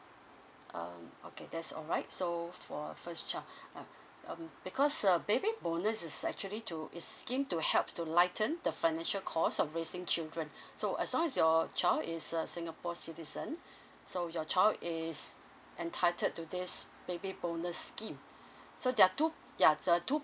um okay that's alright so for uh first child ah um because uh baby bonus is actually to is scheme to help to lighten the financial cost of raising children so as long as your child is a singapore citizen so your child is entitled to this baby bonus scheme so there are two ya there are two